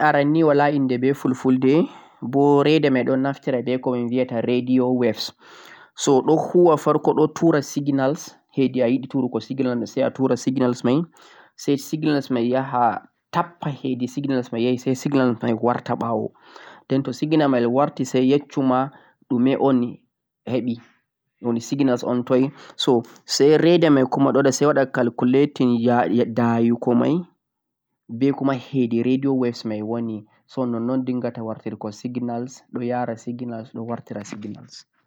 reda nie aran nei wala inde be fulfulde boh reda mei don naftira ko vie yata radio waves so don huuwa farko doo tura signal sai a yidi tuurugho signal sai a turuu signal mei sai signal mei yahaa taffahede signal mei yaahi sai signal mei warta bawoo den toh signal ma warti sai yaccu ma dume o'n hebi signal o'n toi so sai reda mei kumoo wada calculating yaha daayiko mei be kuma hede radio waves so non-non dinghata wartinghal signal don yaara signal so wartira signal